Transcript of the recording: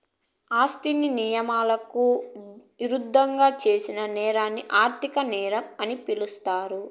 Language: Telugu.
ఆస్తిని నియమాలకు ఇరుద్దంగా చేసిన నేరాన్ని ఆర్థిక నేరం అని పిలుస్తారు